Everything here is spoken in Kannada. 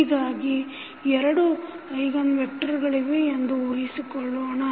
ಹೀಗಾಗಿ ಎರಡು ಐಗನ್ ವೆಕ್ಟರ್ಗಳಿವೆ ಎಂದು ಊಹಿಸೋಣ